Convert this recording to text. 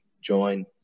join